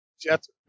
Jets